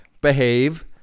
behave